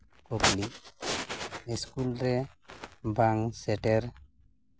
ᱠᱩᱠᱞᱤ ᱤᱥᱠᱩᱞᱨᱮ ᱵᱟᱝ ᱥᱮᱴᱮᱨ